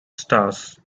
stars